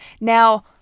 Now